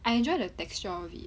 I enjoy the texture of it